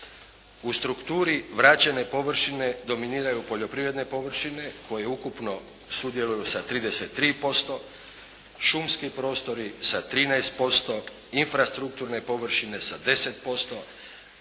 U strukturi vraćene površine dominiraju poljoprivredne površine koje ukupno sudjeluju sa 33%, šumski prostori sa 13%, infrastrukturne površine sa 10%,